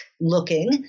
looking